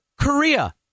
Korea